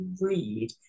read